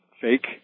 fake